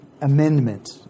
amendment